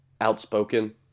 outspoken